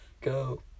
Go